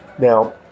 Now